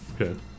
Okay